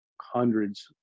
hundreds